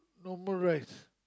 no more rice